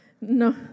No